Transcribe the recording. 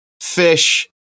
Fish